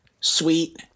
sweet